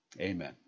amen